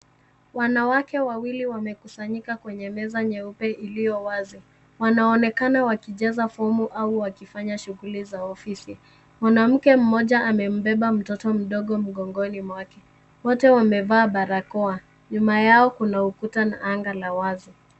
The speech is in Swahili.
Wanawake wawili wamekusanyika kwenye meza nyeupe iliyo wazi. Wanaonekana wakijaza fomu au wakifanya shuguli za ofisi. Mwanamke mmoja amembeba mtoto mdogo mgongoni mwake. Wote wamevaa barakoa. Nyuma yao kuna ukuta na anga la wazi.